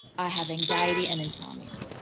i have anxiety and insomnia.